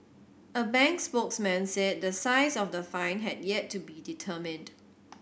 a bank spokesman said the size of the fine had yet to be determined